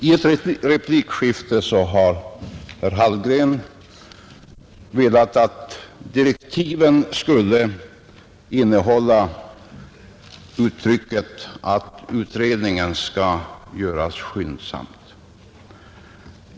I ett replikskifte har herr Hallgren velat att direktiven skulle innehålla uttrycket att utredningen skall göras skyndsamt.